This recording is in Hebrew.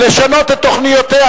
לשנות את תוכניותיה.